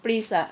please ah